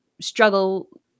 struggle –